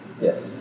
yes